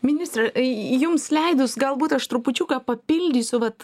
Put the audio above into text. ministre jums leidus galbūt aš trupučiuką papildysiu vat